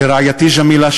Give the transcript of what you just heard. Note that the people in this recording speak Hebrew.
לרעייתי ג'מילה,